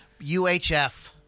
UHF